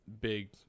big